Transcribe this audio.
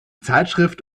zeitschrift